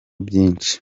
byinshi